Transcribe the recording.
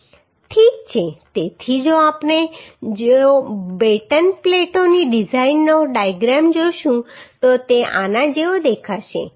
ઠીક છે તેથી જો આપણે જો બેટન પ્લેટોની ડિઝાઇનનો ડાયાગ્રામ જોશું તો તે આના જેવો દેખાશે